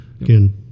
again